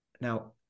now